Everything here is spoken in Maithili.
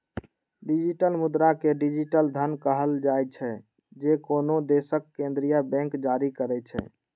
डिजिटल मुद्रा कें डिजिटल धन कहल जाइ छै, जे कोनो देशक केंद्रीय बैंक जारी करै छै